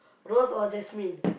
rose or jasmine